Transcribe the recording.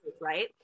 right